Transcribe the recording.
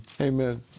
Amen